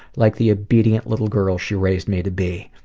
like the obedient little girl she raised me to be.